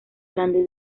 grande